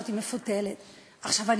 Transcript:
ביום שישי לפנות ערב אני פותחת ערוץ 2 ואני